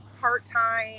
part-time